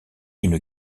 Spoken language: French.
une